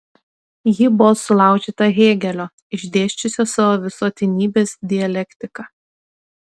ji buvo sulaužyta hėgelio išdėsčiusio savo visuotinybės dialektiką